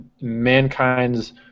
mankind's